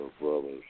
brothers